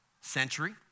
century